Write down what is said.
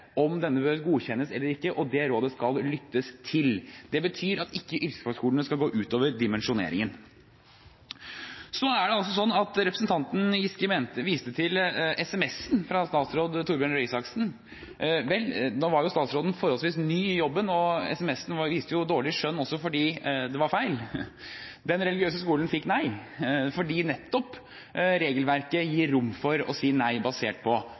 om denne bør godkjennes eller ikke, og det rådet skal lyttes til. Det betyr at ikke yrkesfagsskolene skal gå utover dimensjoneringen. Representanten Giske viste til SMS-en fra statsråd Torbjørn Røe Isaksen. Da var statsråden forholdsvis ny i jobben, og SMS-en viste jo dårlig skjønn, også fordi det var feil. Den religiøse skolen fikk nei fordi nettopp regelverket gir rom for å si nei basert på